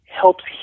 helps